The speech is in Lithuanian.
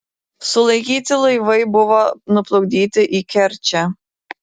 sulaikyti laivai buvo nuplukdyti į kerčę